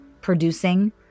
producing